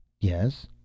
Yes